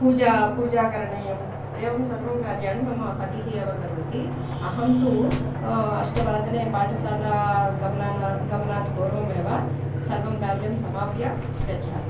पूजा पूजा करणीया एवं सर्वं कार्याणि मम पतिः एव करोति अहं तु अष्टवादने पाठशाला गमनात् गमनात् पूर्वमेव सर्वं कार्यं समाप्य गच्छामि